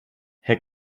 herr